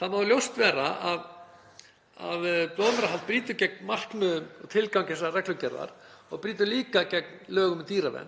Það má ljóst vera að blóðmerahald brýtur gegn markmiðum og tilgangi þessarar reglugerðar og brýtur líka gegn lögum um velferð dýra.